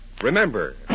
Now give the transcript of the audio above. remember